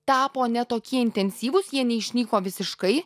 tapo ne tokie intensyvūs jie neišnyko visiškai